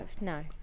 no